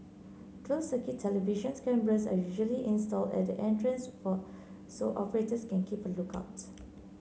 closed circuit television cameras are usually installed at the entrance for so operators can keep a look out